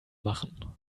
machen